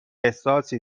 احساسی